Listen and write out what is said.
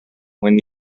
when